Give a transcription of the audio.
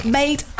made